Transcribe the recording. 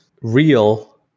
real